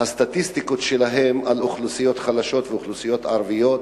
הסטטיסטיקות שלהם על אוכלוסיות חלשות ואוכלוסיות ערביות.